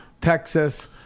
Texas